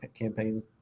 campaign